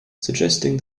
suggesting